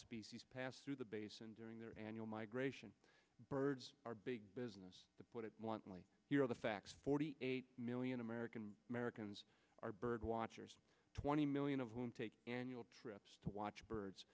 species pass through the basin during their annual migration birds are big business to put it bluntly here are the facts forty eight million american americans are bird watchers twenty million of whom take annual trips to watch birds